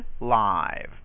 live